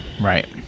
right